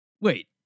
Wait